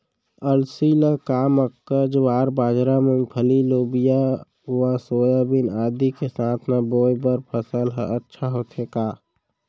अलसी ल का मक्का, ज्वार, बाजरा, मूंगफली, लोबिया व सोयाबीन आदि के साथ म बोये बर सफल ह अच्छा होथे का?